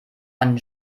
einen